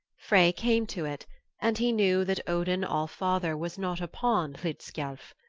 frey came to it and he knew that odin all-father was not upon hlidskjalf.